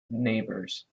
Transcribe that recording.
neighbours